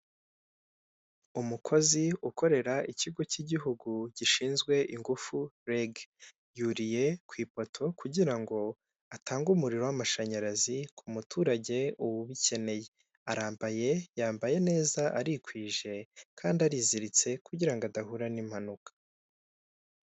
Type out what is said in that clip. Umukozi ukorera ikigo cy'igihugu gishinzwe ingufu REG. Yuriye ku ipoto kugira ngo atange umuriro w'amashanyarazi ku muturage ubikeneye, arambaye yambaye neza arikwije kandi ariziritse kugira ngo adahura n'impanuka.